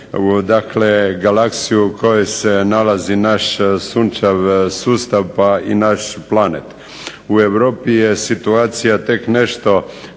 Dakle, galaksiju u kojoj se nalazi naš sunčev sustav pa i naš planet. U Europi je situacija tek nešto